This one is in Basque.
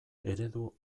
eredu